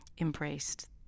embraced